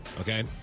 okay